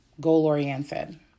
goal-oriented